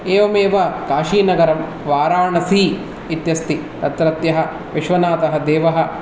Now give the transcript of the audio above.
एवमेव काशीनगरम् वाराणसी इत्यस्ति तत्रत्यः विश्वनाथः देवः